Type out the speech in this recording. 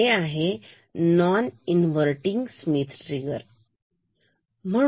तर हे आहे नोन इन्वर्तींग स्मित ट्रिगर